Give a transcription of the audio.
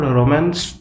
romance